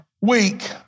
weak